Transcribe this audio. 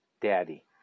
daddy